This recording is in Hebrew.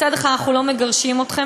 מצד אחד אנחנו לא מגרשים אתכם,